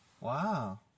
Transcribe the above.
Wow